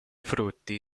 frutti